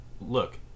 look